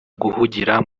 guhugira